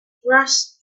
grasp